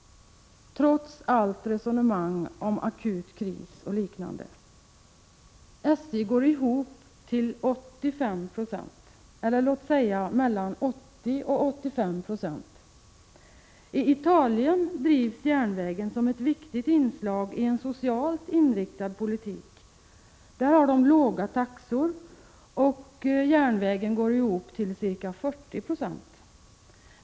Trots alla resonemang om akut kris och liknande så går det ihop eller är lönsamt till 80-85 20. 0 I Italien drivs järnvägen som ett viktigt inslag i en socialt inriktad politik. Man har låga taxor, och järnvägen går ihop till ca 40 96.